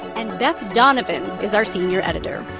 and beth donovan is our senior editor.